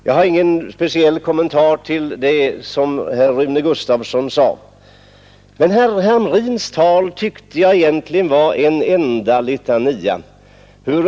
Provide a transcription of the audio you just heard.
Jag har ingen speciell kommentar till vad herr Rune Gustavsson sade. Men jag tyckte att herr Hamrins tal var en enda litania.